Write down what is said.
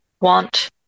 want